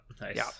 Nice